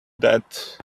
that